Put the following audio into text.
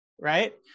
right